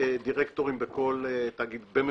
דירקטורים בכל תאגיד בממוצע.